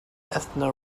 ethno